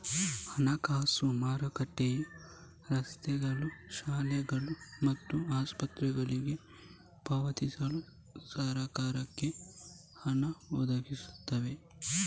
ಹಣಕಾಸು ಮಾರುಕಟ್ಟೆಯು ರಸ್ತೆಗಳು, ಶಾಲೆಗಳು ಮತ್ತು ಆಸ್ಪತ್ರೆಗಳಿಗೆ ಪಾವತಿಸಲು ಸರಕಾರಕ್ಕೆ ಹಣ ಒದಗಿಸ್ತವೆ